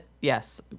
yes